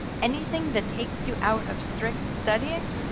anything that takes you out of strict studying,